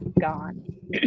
gone